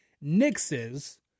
nixes